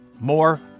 more